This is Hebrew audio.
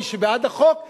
מי שבעד החוק ימנע,